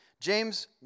James